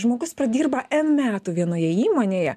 žmogus pradirba n metų vienoje įmonėje